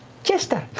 jester!